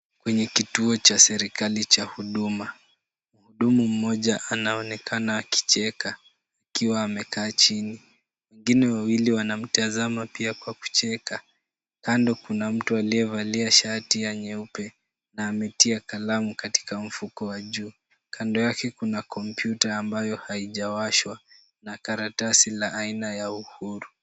Kwenye kituo cha serikali cha huduma. Hudumu moja anaonekana akicheka, akiwa amekaa chini. Wengine wawili wana mtazamo pia kwa kucheka. Kando kuna mtu aliyevalia shati ya nyeupe na ametia kalamu katika mfuko wa juu, Kando yake kuna kompyuta ambayo haijawashwa na karatasi la aina ya uhuru.